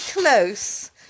close